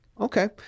Okay